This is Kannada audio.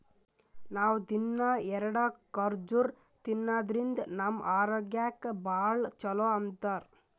ನಾವ್ ದಿನ್ನಾ ಎರಡ ಖರ್ಜುರ್ ತಿನ್ನಾದ್ರಿನ್ದ ನಮ್ ಆರೋಗ್ಯಕ್ ಭಾಳ್ ಛಲೋ ಅಂತಾರ್